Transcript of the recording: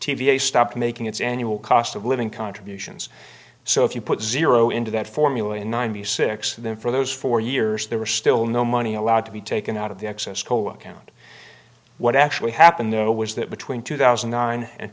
s stopped making its annual cost of living contributions so if you put zero into that formula in ninety six then for those four years there were still no money allowed to be taken out of the excess cola account what actually happened though was that between two thousand and nine and